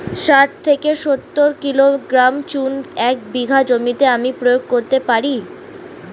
শাঠ থেকে সত্তর কিলোগ্রাম চুন এক বিঘা জমিতে আমি প্রয়োগ করতে পারি?